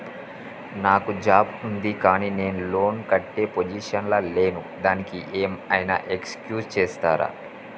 నాకు జాబ్ ఉంది కానీ నేను లోన్ కట్టే పొజిషన్ లా లేను దానికి ఏం ఐనా ఎక్స్క్యూజ్ చేస్తరా?